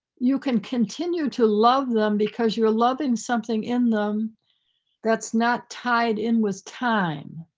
you can continue to love them because you're loving something in them that's not tied in with time.